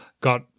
got